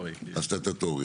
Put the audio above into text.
על התכנון הסטטוטורי.